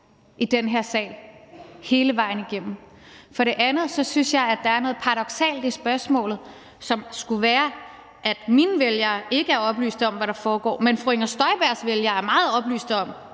i den her sag hele vejen igennem. For det andet synes jeg, at der er noget paradoksalt i spørgsmålet, i forhold til at det skulle være sådan, at mine vælgere ikke er oplyste om, hvad der foregår, men at fru Inger Støjbergs vælgere er meget oplyste om,